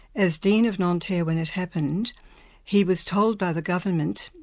as dean of nanterre when it happened he was told by the government,